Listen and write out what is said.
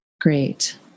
Great